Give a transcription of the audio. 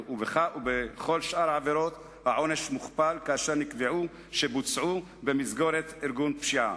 ובכל שאר העבירות העונש מוכפל כאשר נקבע שבוצעו בארגון פשיעה,